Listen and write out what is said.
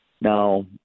Now